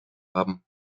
haben